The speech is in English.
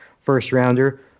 first-rounder